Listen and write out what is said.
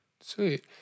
Sweet